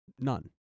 None